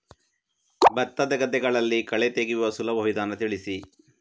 ಭತ್ತದ ಗದ್ದೆಗಳಲ್ಲಿ ಕಳೆ ತೆಗೆಯುವ ಸುಲಭ ವಿಧಾನ ತಿಳಿಸಿ?